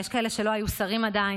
שתחזור לארץ.